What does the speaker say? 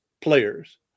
players